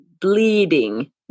bleeding